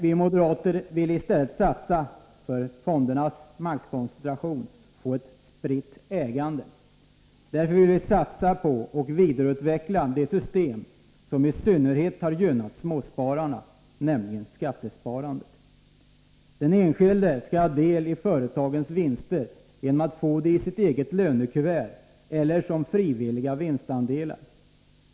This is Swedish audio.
Vi moderater vill i stället för en fondernas maktkoncentration ha ett spritt ägande. Därför vill vi satsa på och vidareutveckla det system som i synnerhet gynnar småspararna, nämligen skattesparandet. Den enskilde skall ha del i företagens vinster genom att få det i sitt eget lönekuvert eller som frivilliga vinstandelar.